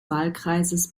wahlkreises